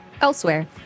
Elsewhere